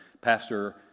pastor